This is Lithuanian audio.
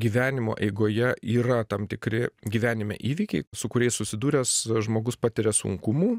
gyvenimo eigoje yra tam tikri gyvenime įvykiai su kuriais susidūręs žmogus patiria sunkumų